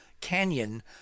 Canyon